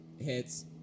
Hits